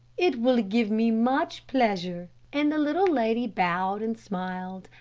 it will give me much pleasure, and the little lady bowed and smiled,